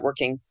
networking